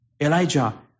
Elijah